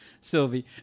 Sylvie